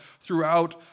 throughout